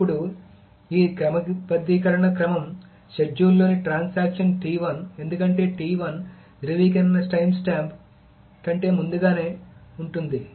అప్పుడు ఈ క్రమబద్ధీకరణ క్రమం షెడ్యూల్లోని ట్రాన్సాక్షన్ ఎందుకంటే ధ్రువీకరణ టైమ్స్టాంప్ ధ్రువీకరణ టైమ్స్టాంప్ కంటే ముందుగానే ఉంటుంది